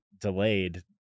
delayed